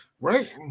Right